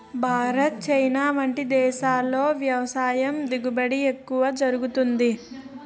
Bharat, China వంటి దేశాల్లో వ్యవసాయ దిగుబడి ఎక్కువ జరుగుతుంది